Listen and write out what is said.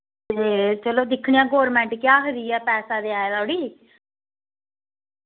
ते चलो दिक्खने आं गौरमेंट केह् आखदी ऐ पैसा ते आया दा ओड़ी